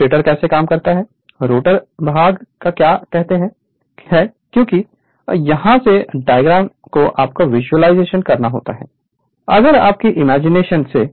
stator कैसे काम करता है रोटर भाग को क्या कहते हैं क्योंकि यहां से डायग्राम को आपको विजुलाइज करना होगा अपनी इमैजिनेशन से